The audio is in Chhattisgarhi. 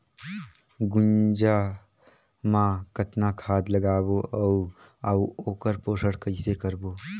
गुनजा मा कतना खाद लगाबो अउ आऊ ओकर पोषण कइसे करबो?